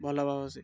ଭଲ ଭାବସେ